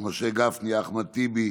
משה גפני, אחמד טיבי,